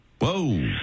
Whoa